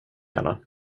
gärna